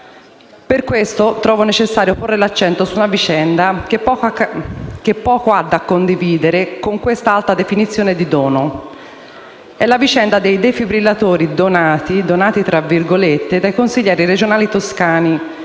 Per questo trovo necessario porre l’accento su una vicenda che poco ha da condividere con questa alta definizione di dono. È la vicenda dei defibrillatori “donati” dai consiglieri regionali toscani